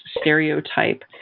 stereotype